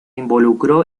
involucró